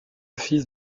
fils